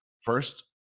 first